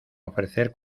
ofrecer